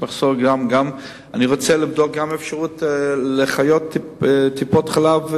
אני רוצה לבדוק גם אפשרות של אחיות טיפות-חלב,